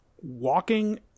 walking